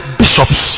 bishops